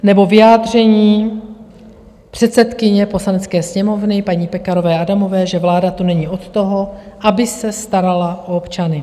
Nebo vyjádření předsedkyně Poslanecké sněmovny, paní Pekarové Adamové, že vláda tu není od toho, aby se starala o občany.